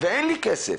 ואין לי כסף.